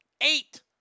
Eight